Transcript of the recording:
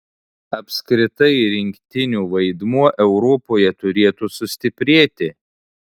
apskritai rinktinių vaidmuo europoje turėtų sustiprėti